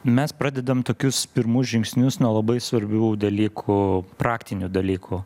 mes pradedam tokius pirmus žingsnius nuo labai svarbių dalykų praktinių dalykų